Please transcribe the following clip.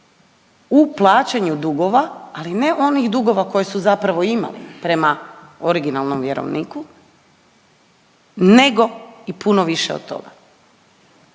u plaćanju dugova, ali ne onih dugova koje su zapravo imali prema originalnom vjerovniku nego i puno više od toga.